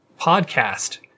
podcast